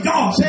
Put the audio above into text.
God